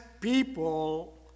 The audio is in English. people